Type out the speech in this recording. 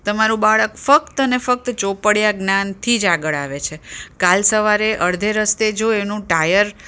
તમારુંં બાળક ફક્ત અને ફક્ત ચોપડીયાં જ્ઞાનથી જ આગળ આવે છે કાલ સવારે અડધે રસ્તે જો એનું ટાયર